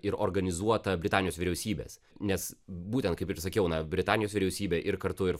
ir organizuota britanijos vyriausybės nes būtent kaip ir sakiau na britanijos vyriausybė ir kartu ir